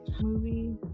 movie